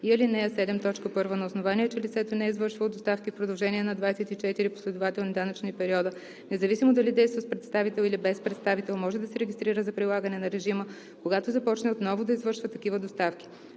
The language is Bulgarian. и ал. 7, т. 1 на основание, че лицето не е извършвало доставки в продължение на 24 последователни данъчни периода, независимо дали действа с представител или без представител, може да се регистрира за прилагане на режима, когато започне отново да извършва такива доставки.